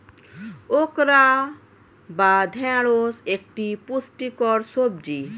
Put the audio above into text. okra বা ঢ্যাঁড়স একটি পুষ্টিকর সবজি